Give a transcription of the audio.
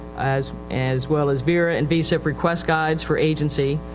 as as well as vera and vsip request guides for agency.